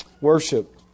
worship